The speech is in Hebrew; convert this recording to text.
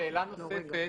שאלה נוספת,